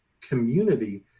community